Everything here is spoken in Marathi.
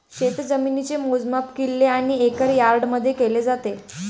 शेतजमिनीचे मोजमाप किल्ले आणि एकर यार्डमध्ये केले जाते